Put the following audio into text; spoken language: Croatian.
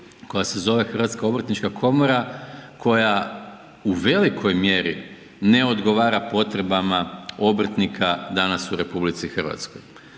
koja se zove Hrvatska obrtnička komora koja u velikoj mjeri ne odgovara potrebama obrtnika danas u RH.